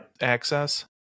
access